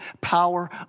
power